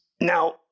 Now